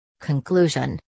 Conclusion